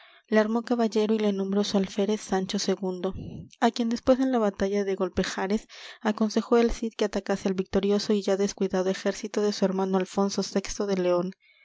le armó caballero y le nombró su alférez sancho ii á quien después de la batalla de golpejares aconsejó el cid que atacase al victorioso y ya descuidado ejército de su hermano alfonso vi de león